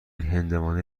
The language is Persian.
هندوانه